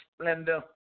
splendor